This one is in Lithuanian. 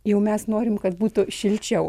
jau mes norim kad būtų šilčiau